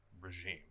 regime